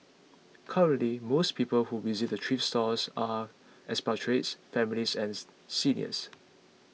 currently most people who visit the thrift stores are expatriates families and seniors